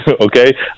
okay